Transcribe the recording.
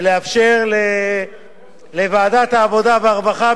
ולאפשר לוועדת העבודה והרווחה,